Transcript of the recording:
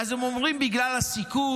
ואז הם אומרים: בגלל הסיכון.